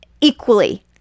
equally